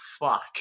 fuck